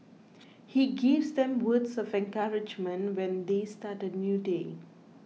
he gives them words of encouragement when they start a new day